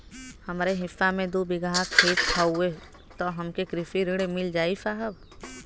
हमरे हिस्सा मे दू बिगहा खेत हउए त हमके कृषि ऋण मिल जाई साहब?